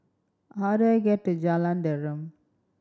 how do I get to Jalan Derum